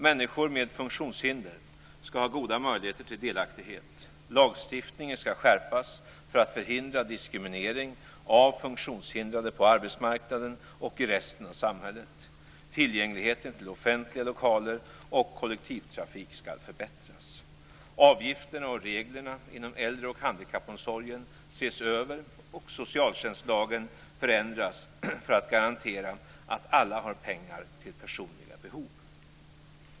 Människor med funktionshinder skall ha goda möjligheter till delaktighet. Lagstiftningen skall skärpas för att förhindra diskriminering av funktionshindrade på arbetsmarknaden och i resten av samhället. Tillgängligheten till offentliga lokaler och kollektivtrafik skall förbättras. Avgifterna och reglerna inom äldre och handikappomsorgen ses över och socialtjänstlagen förändras för att garantera att alla har pengar till personliga behov.